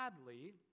sadly